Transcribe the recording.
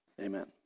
Amen